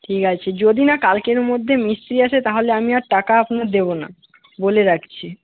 ঠিক আছে যদি না কালকের মধ্যে মিস্ত্রি আসে তাহলে আমি আর টাকা আপনার দেবো না বলে রাখছি